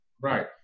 right